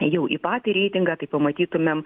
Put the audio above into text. jau į patį reitingą tai pamatytumėm